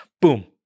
boom